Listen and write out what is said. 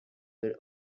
could